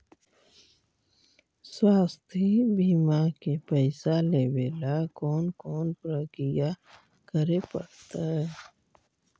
स्वास्थी बिमा के पैसा लेबे ल कोन कोन परकिया करे पड़तै?